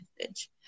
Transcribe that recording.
message